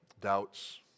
doubts